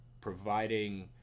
providing